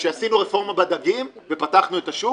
כשעשינו רפורמה בדגים ופתחנו את השוק